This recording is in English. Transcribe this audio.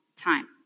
time